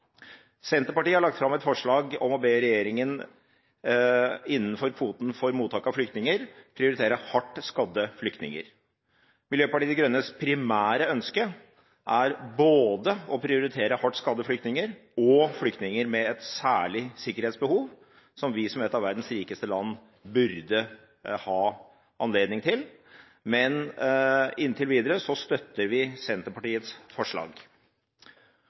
Senterpartiet har lagt fram et forslag om å be regjeringen innenfor kvoten for mottak av flyktninger prioritere hardt skadde flyktninger. Miljøpartiet De Grønnes primære ønske er å prioritere både hardt skadde flyktninger og flyktninger med et særlig sikkerhetsbehov, som vi som et av verdens rikeste land burde ha anledning til, men inntil videre støtter vi Senterpartiets forslag.